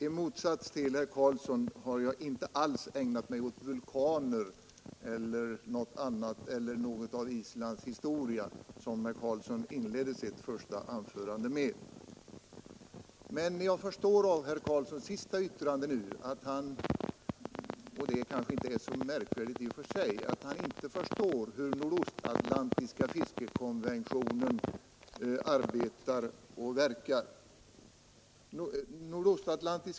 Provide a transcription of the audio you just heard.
I motsats till herr Carlsson har jag inte alls ägnat mig åt vulkaner eller åt Islands historia, som herr Carlsson inledde sitt första anförande med. Men jag finner av herr Carlssons senaste yttrande att han — och det kanske inte är så märkvärdigt i och för sig — inte förstår hur nordostatlantiska fiskekonventionen verkar.